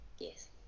Yes